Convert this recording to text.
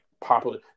popular